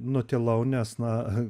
nutilau nes na